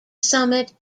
summit